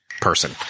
person